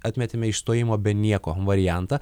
atmetėme išstojimo be nieko variantą